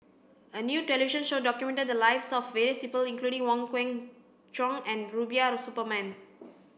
a new television show documented the lives of various people including Wong Kwei Cheong and Rubiah Suparman